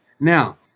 Now